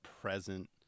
present